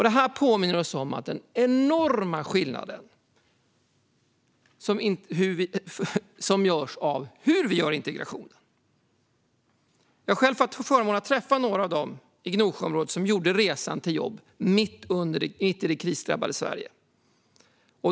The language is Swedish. Detta påminner oss om den enorma skillnaden i hur integration kan gå till. Jag har själv haft förmånen att träffa några av dem i Gnosjöområdet som gjorde resan till jobb mitt i det krisdrabbade Sverige.